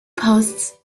posts